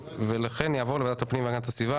ולכן תעבור לוועדת הפנים והגנת הסביבה.